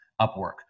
Upwork